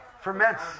ferments